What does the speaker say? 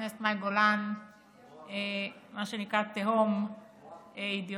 הכנסת מאי גולן מה שנקרא תהום אידיאולוגית,